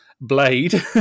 blade